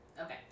Okay